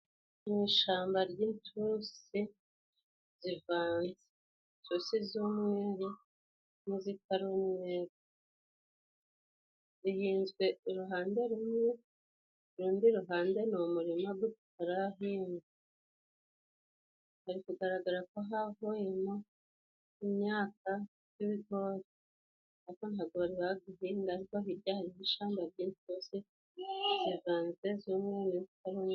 Mu ishamba ry' intusi zivanze. Intusi z'umweru n'izitari umweru, zihinzwe uruhande rumwe urundi ruhande ni umurima gutarahingwa hari kugaragarako havuyemo imyaka y'ibigori ariko ntabwo bari baguhinga ariko hirya hariho ishamba ry'intusi zivanze z'umweru.